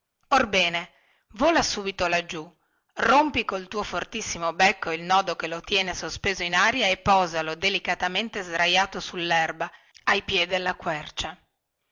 orbene vola subito laggiù rompi col tuo fortissimo becco il nodo che lo tiene sospeso in aria e posalo delicatamente sdraiato sullerba a piè della quercia